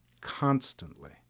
constantly